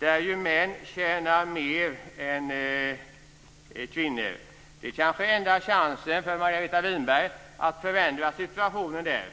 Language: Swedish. Där tjänar ju män mer än kvinnor. Det är kanske enda chansen för Margareta Winberg att förändra situationen där.